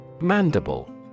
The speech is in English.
Mandible